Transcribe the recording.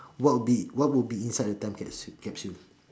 what be what will be inside the time capsule capsule